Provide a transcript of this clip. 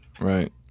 right